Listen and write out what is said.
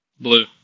Blue